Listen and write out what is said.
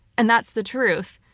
and that's the truth.